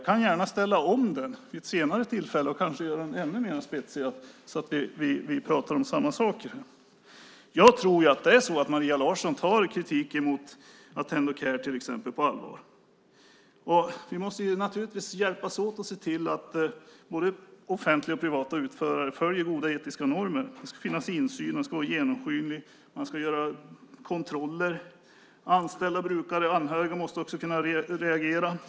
Jag kan ställa om den vid ett senare tillfälle, göra den ännu mer spetsig och se till att vi pratar om samma saker. Jag tror att Maria Larsson tar kritiken mot till exempel Attendo Care på allvar. Vi måste naturligtvis hjälpas åt att se till att både offentliga och privata utförare följer goda etiska normer. Det ska finnas insyn, det ska vara genomskinligt, man ska göra kontroller, och anställda, brukare och anhöriga måste kunna reagera.